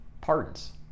pardons